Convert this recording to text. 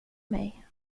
mig